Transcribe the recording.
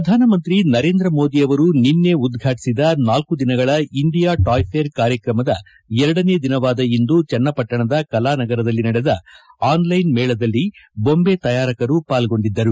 ಪ್ರಧಾನಮಂತ್ರಿ ನರೇಂದ್ರ ಮೋದಿ ಶನಿವಾರ ಉದ್ಘಾಟಿಸಿದ ನಾಲ್ಕು ದಿನಗಳ ಇಂಡಿಯಾ ಟಾಯ್ ಫೇರ್ ಕಾರ್ಯಕ್ರಮದ ಎರಡನೇ ದಿನವಾದ ಇಂದು ಚನ್ನಪಟ್ಟಣದ ಕಲಾನಗರದಲ್ಲಿ ನಡೆದ ಆನ್ಲೈನ್ ಮೇಳದಲ್ಲಿ ಬೊಂಬೆ ತಯಾರಕರು ಪಾಲ್ಗೊಂಡಿದ್ದರು